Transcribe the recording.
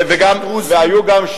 גם מוסלמים, גם דרוזים, גם יהודים.